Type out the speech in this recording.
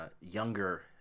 younger